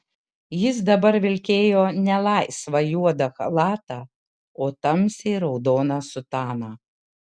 jis dabar vilkėjo ne laisvą juodą chalatą o tamsiai raudoną sutaną